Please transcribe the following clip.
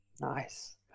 Nice